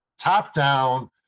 top-down